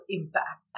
impact